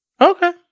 Okay